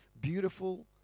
beautiful